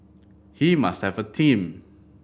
he must have a team